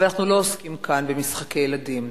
אבל אנחנו לא עוסקים כאן במשחקי ילדים,